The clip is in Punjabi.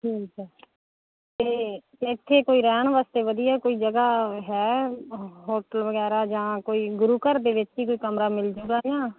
ਠੀਕ ਆ ਅਤੇ ਇੱਥੇ ਕੋਈ ਰਹਿਣ ਵਾਸਤੇ ਵਧੀਆ ਕੋਈ ਜਗ੍ਹਾ ਹੈ ਹੋਟਲ ਵਗੈਰਾ ਜਾਂ ਕੋਈ ਗੁਰੂ ਘਰ ਦੇ ਵਿੱਚ ਹੀ ਕੋਈ ਕਮਰਾ ਮਿਲ ਜੂਗਾ ਨਾ